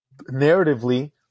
narratively